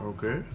Okay